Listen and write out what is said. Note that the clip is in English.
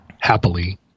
happily